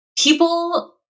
People